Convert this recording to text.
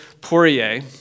Poirier